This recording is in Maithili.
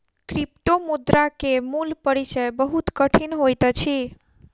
क्रिप्टोमुद्रा के मूल परिचय बहुत कठिन होइत अछि